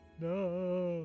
no